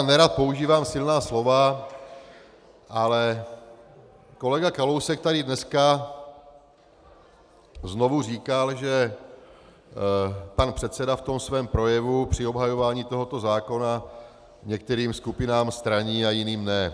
Nerad používám silná slova, ale kolega Kalousek tady dneska znova říkal, že pan předseda tady v tom svém projevu při obhajování tohoto zákona některým skupinám straní a jiným ne.